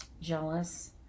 jealous